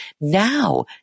Now